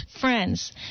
FRIENDS